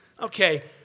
okay